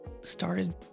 started